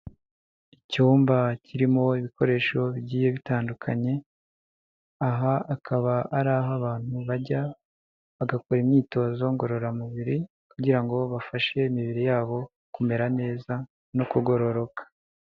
Icyumba kirimo ibikoresho bigiye bitandukanye, aha akaba ari aho abantu bajya bagakora imyitozo ngororamubiri kugira ngo bafashe imibiri yabo kumera neza no kugororoka.